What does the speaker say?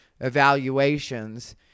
evaluations